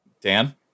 Dan